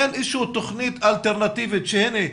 אין אישור של תוכנית אלטרנטיבית שהנה,